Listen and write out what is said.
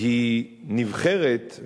היא נבחרת,